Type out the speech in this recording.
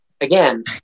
again